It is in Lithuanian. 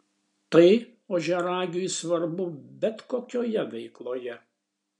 tai ožiaragiui svarbu bet kokioje veikloje